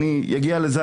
אני אגיע לזה,